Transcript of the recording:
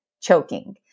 choking